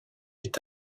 est